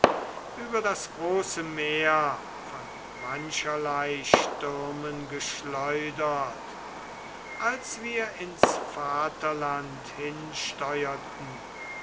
über das große meer von mancherlei stürmen geschleudert als wir ins vaterland hinsteuerten